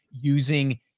using